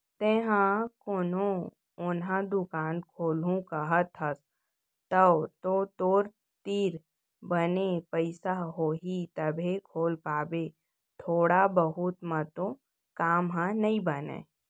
तेंहा कोनो ओन्हा दुकान खोलहूँ कहत हस तव तो तोर तीर बने पइसा होही तभे खोल पाबे थोक बहुत म तो काम ह नइ बनय